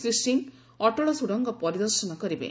ଶ୍ରୀ ସିଂହ ଅଟଳ ସୁଡ଼ଙ୍ଗ ପରିଦର୍ଶନ କରିବେ